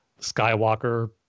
Skywalker